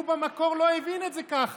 הוא במקור לא הבין את זה ככה.